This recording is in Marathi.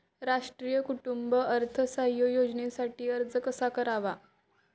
राष्ट्रीय कुटुंब अर्थसहाय्य योजनेसाठी अर्ज कसा करावा?